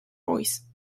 royce